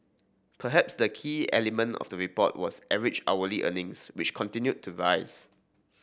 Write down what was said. perhaps the key element of the report was average hourly earnings which continued to rise